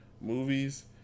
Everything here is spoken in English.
movies